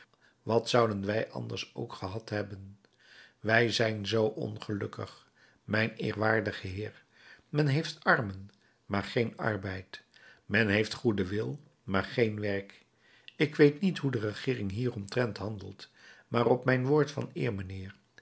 wat zouden wij anders ook gehad hebben wij zijn zoo ongelukkig mijn eerbiedwaardige heer men heeft armen maar geen arbeid men heeft goeden wil maar geen werk ik weet niet hoe de regeering hieromtrent handelt maar op mijn woord van eer